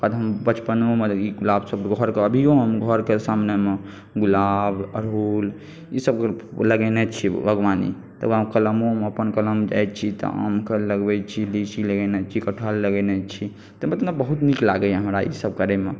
तकरबाद हम बचपन मे ई गुलाब सब घर अभियो हमर घर के सामने मे गुलाब अड़हुल ई सब लगेने छियै बागवानी तकरबाद कलमो मे अपन कलम जाय छी तऽ आम के लगबै छी लीची लगेने छी कठहल लगेने छी तऽ मतलब बहुत नीक लगैया हमरा ई सब करय मे